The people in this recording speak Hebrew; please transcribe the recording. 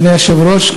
אדוני היושב-ראש,